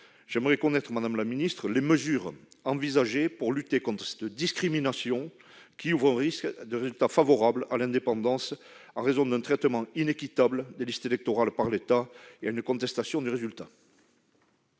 j'aimerais connaître les mesures envisagées pour lutter contre cette discrimination, qui ouvre à un risque de résultat favorable à l'indépendance en raison d'un traitement inéquitable des listes électorales par l'État et à une contestation du résultat.